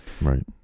Right